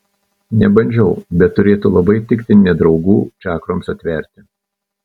nebandžiau bet turėtų labai tikti nedraugų čakroms atverti